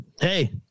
Hey